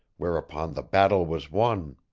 whereupon the battle was won.